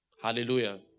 Hallelujah